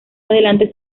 adelante